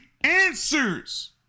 answers